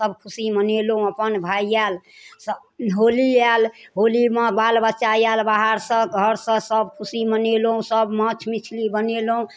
सब खुशी मनेलहुँ अपन भाय आयल होली आयल होलीमे बाल बच्चा आयल बाहरसँ घरसँ सब खुशी मनेलहुँ सब माछ मछली बनेलहु